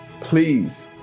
Please